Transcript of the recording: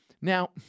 Now